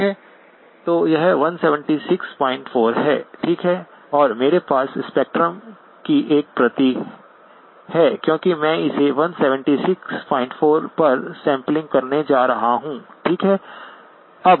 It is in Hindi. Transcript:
तो यह 1764 है ठीक है और मेरे पास स्पेक्ट्रम की एक प्रति है क्योंकि मैं इसे 1764 पर सैंपलिंग करने जा रहा हूं ठीक है